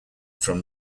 from